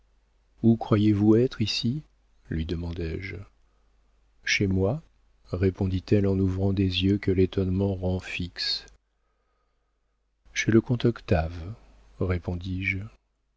où croyez-vous être ici lui demandai-je chez moi répondit-elle en ouvrant des yeux que l'étonnement rend fixes chez le comte octave